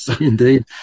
Indeed